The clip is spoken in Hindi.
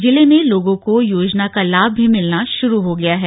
जिले में लोगों को योजना का लाभ भी मिलना शुरू हो गया है